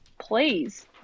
please